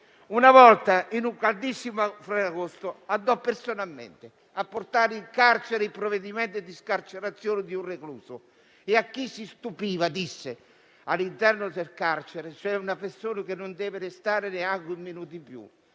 Una volta, in un caldissimo ferragosto, portò personalmente in carcere il provvedimento di scarcerazione di un recluso. A chi si stupiva disse: «All'interno del carcere c'è una persona che non deve restare neanche un minuto in più.